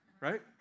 right